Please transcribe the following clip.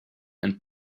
and